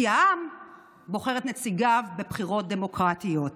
כי העם בוחר את נציגיו בבחירות דמוקרטיות.